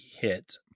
hit